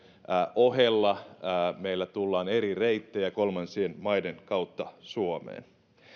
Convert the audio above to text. ohella meillä tullaan eri reittejä kolmansien maiden kautta suomeen